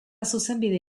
zuzenbide